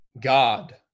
God